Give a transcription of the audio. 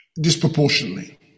disproportionately